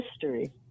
history